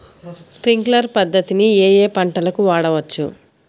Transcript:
Sprinkler పద్ధతిని ఏ ఏ పంటలకు వాడవచ్చు?